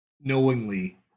knowingly